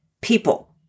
people